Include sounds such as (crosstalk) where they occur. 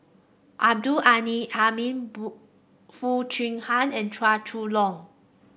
Abdul (unintelligible) Hamid (unintelligible) Foo Chee Han and Chua Chong Long